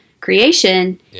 creation